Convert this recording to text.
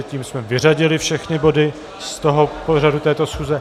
Tím jsme vyřadili všechny body z pořadu této schůze.